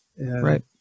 Right